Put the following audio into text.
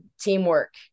teamwork